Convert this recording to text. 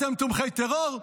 אתם תומכי טרור.